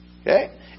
Okay